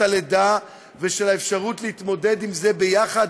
הלידה ושל האפשרות להתמודד עם זה ביחד.